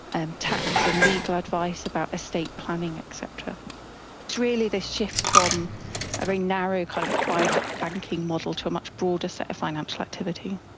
and tax and legal advice about estate planning et cetera. so it's really the shift from a very narrow kind of private banking model to a much broader set of financial activity.